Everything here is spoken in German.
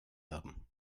haben